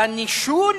בנישול